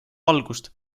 valgust